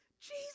Jesus